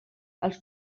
els